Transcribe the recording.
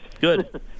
Good